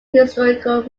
historical